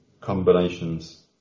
combinations